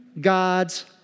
God's